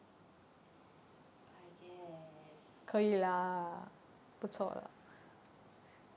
I guess